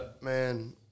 man